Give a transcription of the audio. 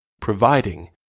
providing